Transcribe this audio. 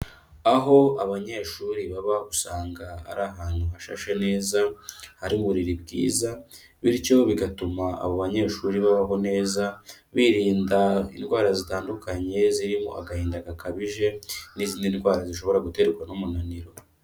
Aho abanyeshuri baba usanga ari ahantu hashashe neza, hari uburiri bwiza bityo bigatuma abo banyeshuri babaho neza, birinda indwara zitandukanye zirimo agahinda gakabije n'izindi ndwara zishobora guterwa n'umunaniro.